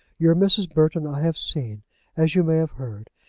your mrs. burton i have seen as you may have heard,